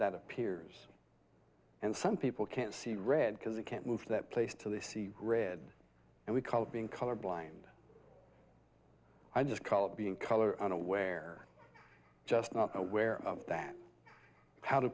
that appears and some people can't see red because they can't move that place to they see red and we call it being color blind i just call it being color unaware just not aware of that how do